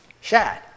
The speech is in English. Shad